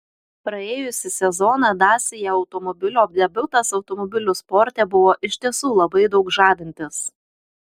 praėjusį sezoną dacia automobilio debiutas automobilių sporte buvo iš tiesų labai daug žadantis